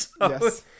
yes